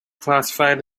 classified